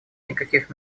никаких